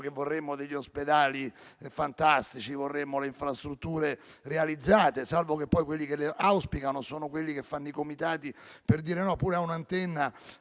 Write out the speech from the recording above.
che vorremmo ospedali fantastici e avere infrastrutture realizzate, salvo il fatto che poi quelli che le auspicano sono coloro che fanno i comitati per dire «no» pure a un'antenna